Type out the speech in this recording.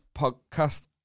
podcast